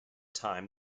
time